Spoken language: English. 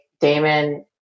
Damon